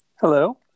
Hello